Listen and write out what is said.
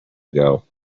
ago